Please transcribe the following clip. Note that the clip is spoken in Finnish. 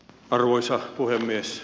arvoisa puhemies